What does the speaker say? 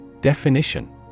Definition